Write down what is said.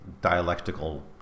dialectical